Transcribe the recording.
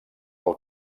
del